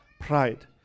pride